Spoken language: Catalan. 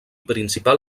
principal